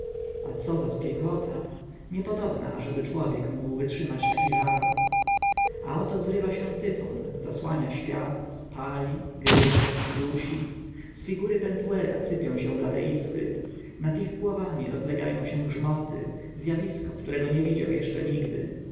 co za spiekota niepodobna ażeby człowiek mógł wytrzymać taki żar a oto zrywa się tyfon zasłania świat pali gryzie dusi z figury pentuera sypią się blade iskry nad ich głowami rozlegają się grzmoty zjawisko którego nie widział jeszcze nigdy